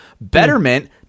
Betterment